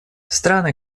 страны